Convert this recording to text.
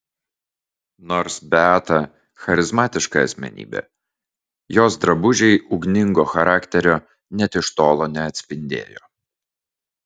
nors beata charizmatiška asmenybė jos drabužiai ugningo charakterio net iš tolo neatspindėjo